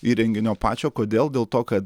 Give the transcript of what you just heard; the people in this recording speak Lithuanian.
įrenginio pačio kodėl dėl to kad